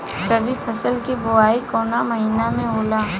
रबी फसल क बुवाई कवना महीना में होला?